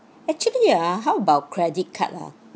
actually ah how about credit card ah